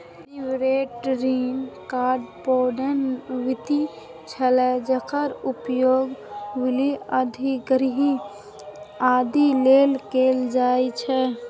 leveraged ऋण corporate वित्त छियै, जेकर उपयोग विलय, अधिग्रहण, आदि लेल कैल जाइ छै